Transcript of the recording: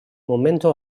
momento